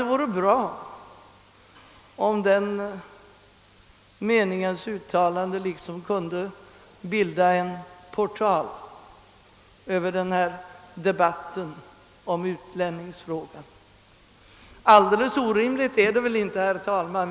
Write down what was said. Det vore bra om den meningen kunde utgöra mottot för den här debatten om utlänningsfrågan, och alldeles orimligt är det väl inte, herr talman.